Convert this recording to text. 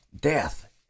death